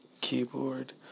keyboard